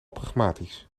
pragmatisch